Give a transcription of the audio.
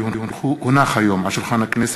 כי הונחה היום על שולחן הכנסת,